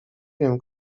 wiem